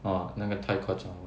ah 那个太夸张了